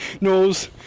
Knows